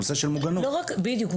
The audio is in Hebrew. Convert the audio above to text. בדיוק.